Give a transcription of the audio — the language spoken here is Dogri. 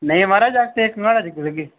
नेई महाराज जागत इक कनाड़ै चुक्की लैगे